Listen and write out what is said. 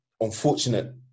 unfortunate